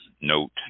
note